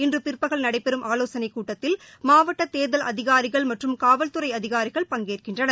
இன்றுபிற்பகல் நடைபெறும் ஆலோசனைக் கூட்டத்தில் மாவட்டத் தேர்தல் அதிகாரிகள் மற்றும் காவல்துறைஅதிகாரிகள் பங்கேற்கின்றனர்